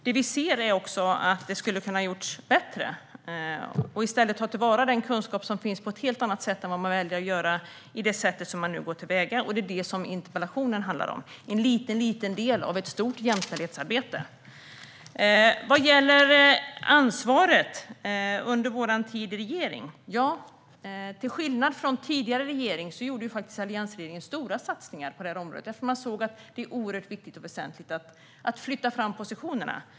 Vad vi ser är att det skulle kunna ha gjorts bättre och att man i stället hade kunnat ta vara på den kunskap som finns på ett helt annat sätt än hur man nu väljer att göra. Detta handlade interpellationen om. Det är en liten del av ett stort jämställdhetsarbete. Vad gäller ansvaret under vår tid i regering gjorde alliansregeringen, till skillnad från tidigare regering, faktiskt stora satsningar på området. Vi såg att det är oerhört viktigt och väsentligt att flytta fram positionerna.